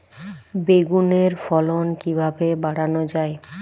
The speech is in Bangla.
বেগুনের ফলন কিভাবে বাড়ানো যায়?